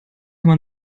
man